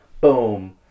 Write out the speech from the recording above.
Boom